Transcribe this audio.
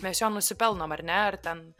mes jo nusipelnom ar ne ar ten